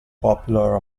popular